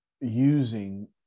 using